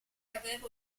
avevo